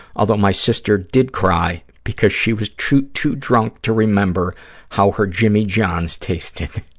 although my sister did cry because she was too too drunk to remember how her jimmy john's tasted.